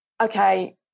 okay